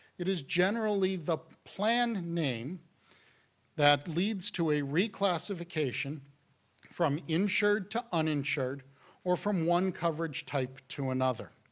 it is generally the plan name that leads to a reclassification from insured to uninsured or from one coverage type to another.